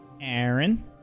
Aaron